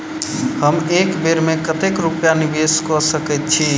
हम एक बेर मे कतेक रूपया निवेश कऽ सकैत छीयै?